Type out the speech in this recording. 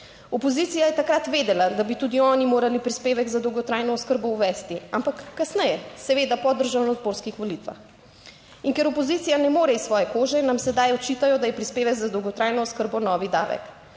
Opozicija je takrat vedela, da bi tudi oni morali prispevek za dolgotrajno oskrbo uvesti, ampak kasneje, seveda po državnozborskih volitvah, in ker opozicija ne more iz svoje kože, nam sedaj očitajo, da je prispevek za dolgotrajno oskrbo novi davek.